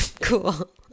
Cool